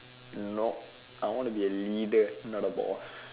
nope I want to be a leader not a boss